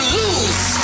lose